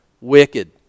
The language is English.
wicked